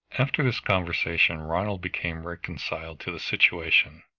after this conversation ronald became reconciled to the situation.